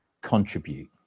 contribute